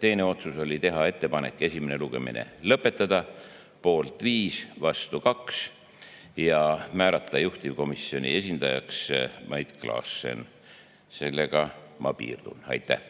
teine otsus oli teha ettepanek esimene lugemine lõpetada – poolt 5 ja vastu 2 – ning määrata juhtivkomisjoni esindajaks Mait Klaassen. Sellega ma piirdun. Aitäh!